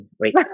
wait